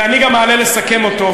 ואני גם אעלה לסכם אותו,